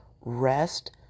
rest